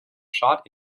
shot